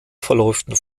verläuft